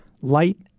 light